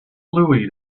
louie